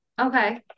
okay